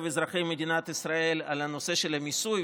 אזרחי מדינת ישראל על הנושא של המיסוי,